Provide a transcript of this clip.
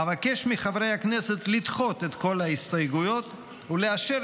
אבקש מחברי הכנסת לדחות את כל ההסתייגויות ולאשר